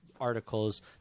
articles